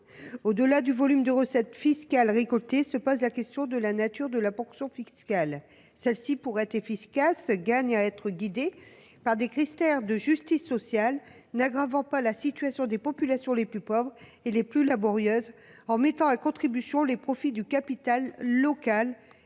Au delà du volume des recettes fiscales récoltées se pose la question de la nature de la ponction fiscale. En effet, pour être efficace, celle ci gagne à être guidée par des critères de justice sociale n’aggravant pas la situation des populations les plus pauvres et les plus laborieuses ; il faut donc mettre à contribution les profits du capital local